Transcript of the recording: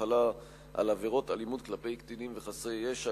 החלה על עבירות אלימות כלפי קטינים וחסרי ישע),